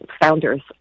founders